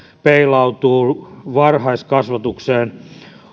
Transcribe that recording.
peilautuu varhaiskasvatukseen